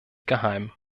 geheim